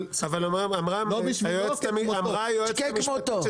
אבל אמרה היועצת המשפטית,